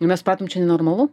ir mes supratom čia nenormalu